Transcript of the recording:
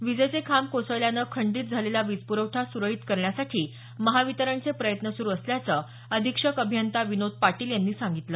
विजेचे खांब कोसळल्यानं खंडीत झालेला वीजपुरवठा सुरळीत करण्यासाठी महावितरणचे प्रयत्न सुरू असल्याचं अधीक्षक अभियंता विनोद पाटील यांनी सांगितलं